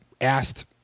asked